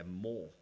more